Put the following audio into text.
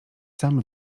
sam